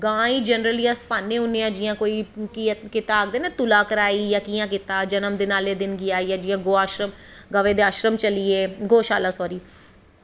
गां गी जनर्लि अस पान्नें होनें आं जियां कि आखदे ना तुला कराई जन्मदिन आह्ले दिन जियां गौ आश्रम गौ शाला चली गे